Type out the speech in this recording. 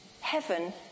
Heaven